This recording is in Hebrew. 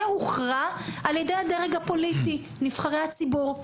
זה הוכרע על ידי הדרג הפוליטי, נבחרי הציבור.